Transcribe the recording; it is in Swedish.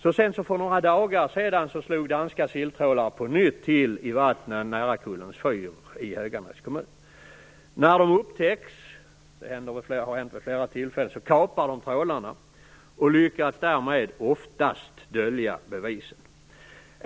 Så sent som för några dagar sedan slog danska silltrålare på nytt till i vattnen nära Kullens fyr i Höganäs kommun. När de upptäcks - detta har hänt vid flera tillfällen - kapar de trålarna och lyckas därmed oftast dölja bevisen.